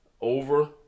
over